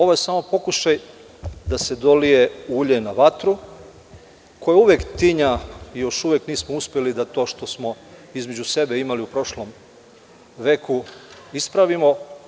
Ovo je samo pokušaj da se dolije ulje na vatru, koje uvek tinja i još uvek nismo uspeli da to što smo između sebe imali u prošlom veku ispravimo.